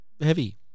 heavy